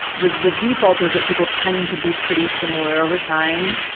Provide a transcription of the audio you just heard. the the default is that people tend to be pretty similar over time